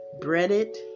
breaded